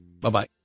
Bye-bye